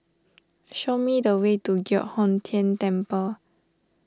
show me the way to Giok Hong Tian Temple